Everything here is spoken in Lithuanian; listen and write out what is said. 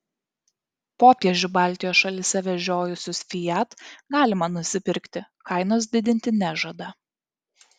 popiežių baltijos šalyse vežiojusius fiat galima nusipirkti kainos didinti nežada